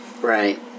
Right